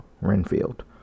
Renfield